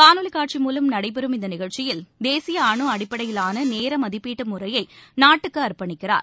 காணொலி காட்சி மூவம் நடைபெறும் இந்த நிகழ்ச்சியில் தேசிய அனு அடிப்படையிலான நேர மதிப்பீடு முறையை நாட்டுக்கு அர்ப்பணிக்கிறார்